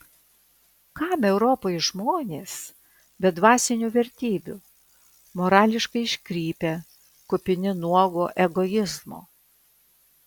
kam europai žmonės be dvasinių vertybių morališkai iškrypę kupini nuogo egoizmo